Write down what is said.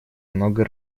много